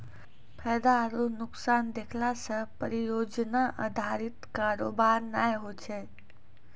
फायदा आरु नुकसान देखला से परियोजना अधारित कारोबार नै होय छै